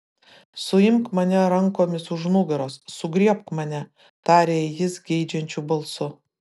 suimk mane rankomis už nugaros sugriebk mane tarė jis geidžiančiu balsu